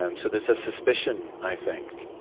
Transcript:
um so there's a suspicion, i think,